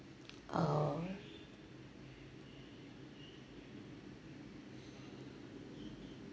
oh